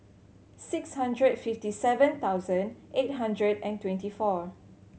six hundred fifty seven thousand eight hundred and twenty four